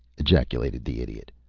ejaculated the idiot.